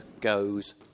goes